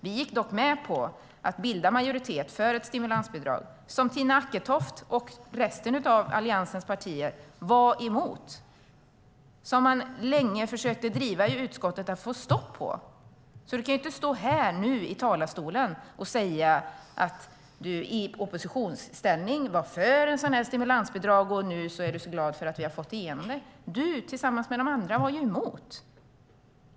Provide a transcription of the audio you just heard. Vi gick dock med på att bilda majoritet för detta stimulansbidrag som Tina Acketoft och resten av Alliansen var emot och länge försökte få stopp på. Så, Tina Acketoft, du kan inte stå här nu och säga att du i oppositionsställning var för ett stimulansbidrag och att du därför är glad att vi har fått igenom det. Du och de andra var ju emot det.